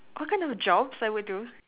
what kind of jobs I would do